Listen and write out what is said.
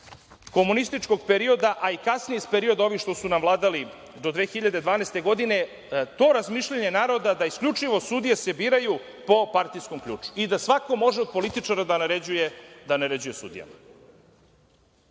komunističkog perioda, a i kasnije iz perioda ovih što su nam vladali do 2012. godine, to razmišljanje naroda da se isključivo sudije biraju po partijskom ključu i da svako može od političara da naređuje sudijama. Nama